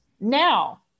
Now